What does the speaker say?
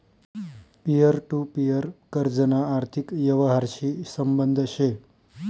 peer to peer कर्जना आर्थिक यवहारशी संबंध शे